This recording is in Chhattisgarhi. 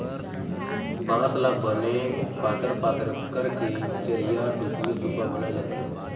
बांस ल बने पातर पातर करके चरिहा, टुकनी, सुपा बनाए जाथे